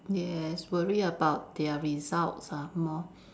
yes worry about their results ah more